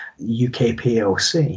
UKPLC